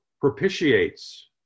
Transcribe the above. propitiates